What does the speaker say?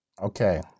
Okay